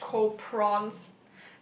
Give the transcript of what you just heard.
fresh cold prawns